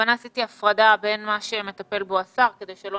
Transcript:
בכוונה אני עשיתי הפרדה בין הדברים בהם מטפל השר כדי שלא